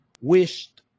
wished